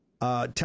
Tell